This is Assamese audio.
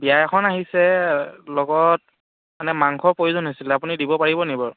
বিয়া এখন আহিছে লগত মানে মাংসৰ প্ৰয়োজন হৈছিলে আপুনি দিব পাৰিব নেকি বাৰু